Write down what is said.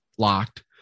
locked